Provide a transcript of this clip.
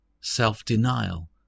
self-denial